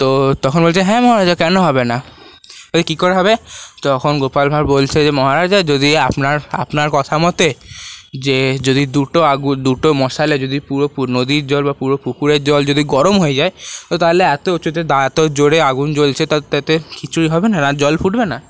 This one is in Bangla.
তো তখন বলছে হ্যাঁ মহারাজা কেনো হবে না কী করে হবে তখন গোপাল ভাঁড় বলছে যে মহারাজা যদি আপনার আপনার কথা মতে যে যদি দুটো আগুন দুটো মশালে যদি পুরো নদীর জল বা পুরো পুকুরের জল যদি গরম হয়ে যায় তো তাহলে এত উঁচুতে এত জোরে আগুন জ্বলছে তাতে খিচুড়ি হবে না জল ফুটবে না